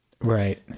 Right